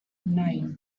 nine